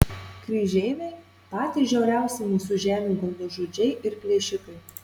kryžeiviai patys žiauriausi mūsų žemių galvažudžiai ir plėšikai